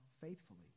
faithfully